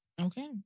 Okay